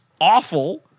awful